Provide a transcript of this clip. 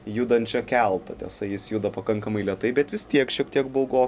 judančio kelto tiesa jis juda pakankamai lėtai bet vis tiek šiek tiek baugo